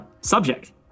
subject